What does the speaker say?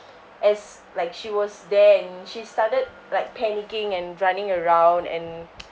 as like she was there and she started like panicking and running around and